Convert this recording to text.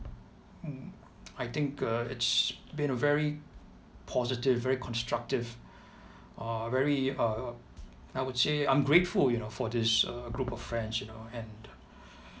I think uh it's been very positive very constructive uh very uh I would say I'm grateful you know for this uh group of friends you know and